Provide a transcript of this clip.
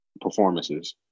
performances